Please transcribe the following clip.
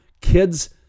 Kids